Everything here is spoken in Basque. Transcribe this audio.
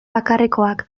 bakarrekoak